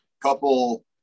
couple